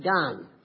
done